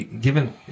given